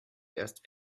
erst